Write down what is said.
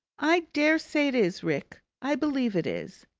i dare say it is, rick. i believe it is.